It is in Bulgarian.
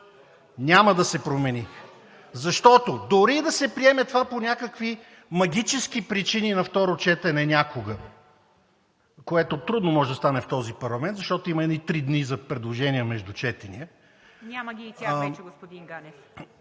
Няма да се промени, защото дори да се приеме това по някакви магически причини на второ четене някога, което трудно може да стане в този парламент, защото има едни три дни за предложения между четенията. (Реплики.)